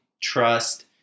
trust